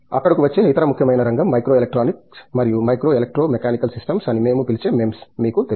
అక్కడకు వచ్చే ఇతర ముఖ్యమైన రంగం మైక్రోఎలక్ట్రానిక్ మరియు మైక్రో ఎలెక్ట్రో మెకానికల్ సిస్టమ్స్ అని మేము పిలిచే MEMS మీకు తెలుసు